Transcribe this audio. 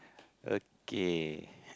okay